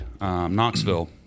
Knoxville